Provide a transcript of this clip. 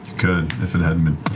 could, if it hadn't been